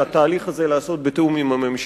לעשות את התהליך הזה בתיאום עם הממשלה.